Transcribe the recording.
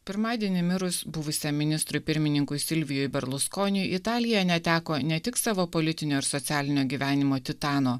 pirmadienį mirus buvusiam ministrui pirmininkui silvijui berluskoniui italija neteko ne tik savo politinio ir socialinio gyvenimo titano